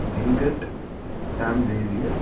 Venkat Sam Xavier